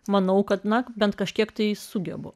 manau kad na bent kažkiek tai sugebu